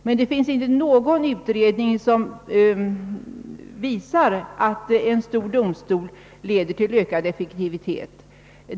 Men det finns ingen utredning som visar att en stor domstol leder till ökad effektivitet.